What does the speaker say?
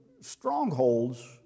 strongholds